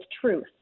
truth